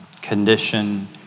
condition